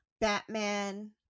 Batman